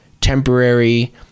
temporary